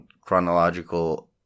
chronological